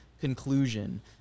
conclusion